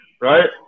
right